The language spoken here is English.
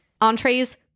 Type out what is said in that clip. Entrees